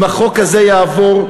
אם החוק הזה יעבור,